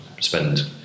spend